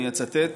אני אצטט,